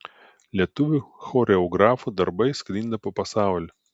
lietuvių choreografų darbai sklinda po pasaulį